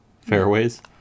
fairways